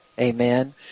Amen